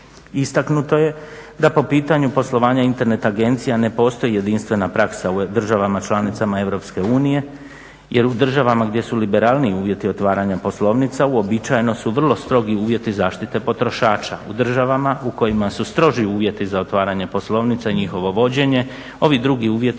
Istaknuto je da po pitanju poslovanja Internet agencija ne postoji jedinstvena praksa u državama članicama EU jel u državama gdje su liberalniji uvjeti otvaranja poslovnica uobičajeno su vrlo strogi uvjeti zaštite potrošača. U državama u kojima su stroži uvjeti za otvaranje poslovnica i njihovo vođenje ovi drugi uvjeti